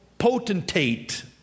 potentate